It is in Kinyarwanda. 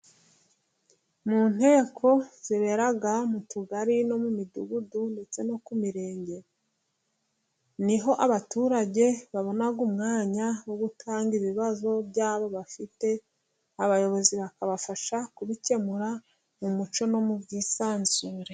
Mu nteko zibera mu tugari no mu midugudu ndetse no ku mirenge, ni ho abaturage babona umwanya wo gutanga ibibazo byabo bafite, abayobozi bakabafasha kubikemura mu mucyo no mu bwisanzure.